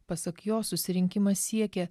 pasak jo susirinkimas siekė